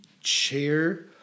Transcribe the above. chair